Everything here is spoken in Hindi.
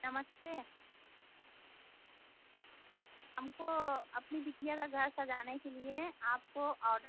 नमस्ते हमको अपनी बिटिया का घर सजाने के लिए आपको ऑर्डर